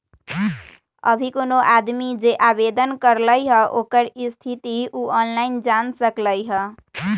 अभी कोनो आदमी जे आवेदन करलई ह ओकर स्थिति उ ऑनलाइन जान सकलई ह